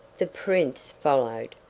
the prince followed,